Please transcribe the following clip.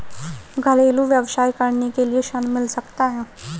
घरेलू व्यवसाय करने के लिए ऋण मिल सकता है?